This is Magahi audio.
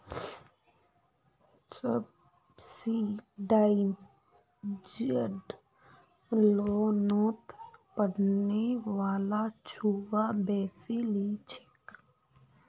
सब्सिडाइज्ड लोनोत पढ़ने वाला छुआ बेसी लिछेक